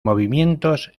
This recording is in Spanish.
movimientos